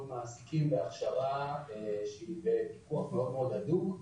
מעסיקים בהכשרה של פיקוח מאוד מאוד הדוק.